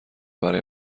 برای